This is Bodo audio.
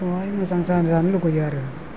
खौहाय मोजां जाजानो लुगैयो आरो